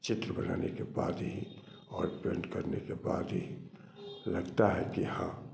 चित्र बनाने के बाद ही और पेंट करने के बाद ही लगता है कि हाँ